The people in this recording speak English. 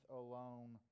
alone